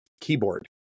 keyboard